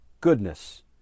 goodness